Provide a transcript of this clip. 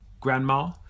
grandma